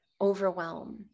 overwhelm